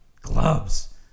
gloves